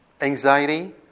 Anxiety